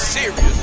Serious